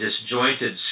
disjointed